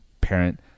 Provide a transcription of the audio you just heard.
parent